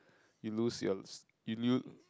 you lose your you loo~